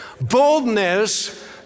Boldness